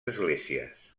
esglésies